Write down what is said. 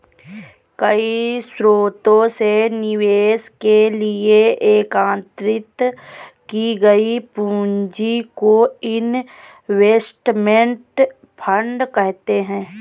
कई स्रोतों से निवेश के लिए एकत्रित की गई पूंजी को इनवेस्टमेंट फंड कहते हैं